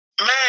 Man